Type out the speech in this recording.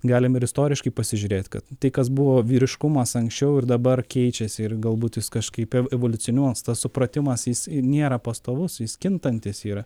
galim ir istoriškai pasižiūrėt kad tai kas buvo vyriškumas anksčiau ir dabar keičiasi ir galbūt jis kažkaip evoliucinuos tas supratimas jis nėra pastovus jis kintantis yra